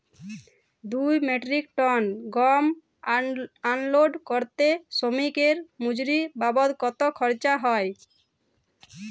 দুই metric ton গম unload করতে শ্রমিক এর মজুরি বাবদ কত খরচ হয়?